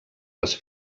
les